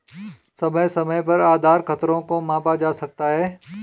समय समय पर आधार खतरों को मापा जा सकता है